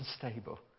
unstable